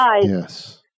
yes